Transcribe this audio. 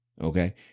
Okay